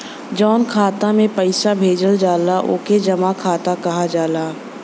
जउन खाता मे पइसा भेजल जाला ओके जमा खाता कहल जाला